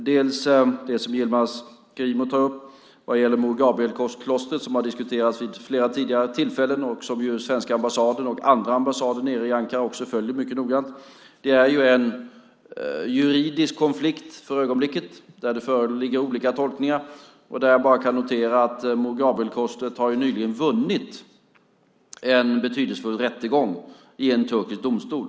Det är det som Yilmaz Kerimo tar upp vad gäller Mor Gabriel-klostret, som har diskuterats vid flera tidigare tillfällen och som svenska ambassaden och andra ambassader i Ankara följer mycket noga. Det är en juridisk konflikt för ögonblicket där det föreligger olika tolkningar. Jag kan bara notera att Mor Gabriel-klostret nyligen har vunnit en betydelsefull rättegång i en turkisk domstol.